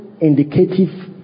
indicative